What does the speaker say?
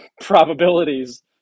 probabilities